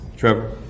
Trevor